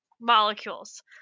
molecules